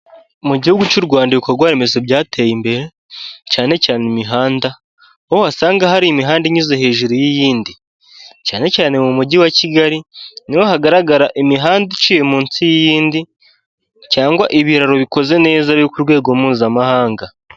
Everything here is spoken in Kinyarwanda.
Mu gihugu cy'u Rwanda ibikorwa remezo byateye imbere cyane cyane imihanda, aho wasanga hari imihanda inyuze hejuru y'iyindi cyane cyane mu mujyi wa Kigali niho hagaragara imihanda iciye munsi y'iyindi cyangwa ibiraro bikoze neza biri ku rwego mpuzamahanga.